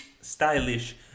stylish